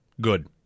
Good